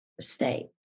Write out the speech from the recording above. state